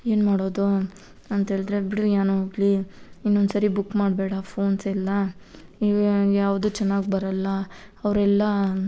ಏನು ಮಾಡೋದು ಅಂತೇಳ್ದ್ರೆ ಬಿಡು ಏನ್ ಹೋಗಲಿ ಇನ್ನೊಂದ್ಸರಿ ಬುಕ್ ಮಾಡಬೇಡ ಫೋನ್ಸೆಲ್ಲ ಈಗ ಯಾವುದೂ ಚೆನ್ನಾಗಿ ಬರಲ್ಲ ಅವರೆಲ್ಲ